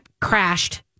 crashed